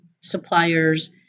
suppliers